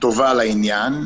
טובה לעניין.